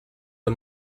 the